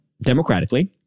democratically